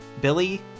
Billy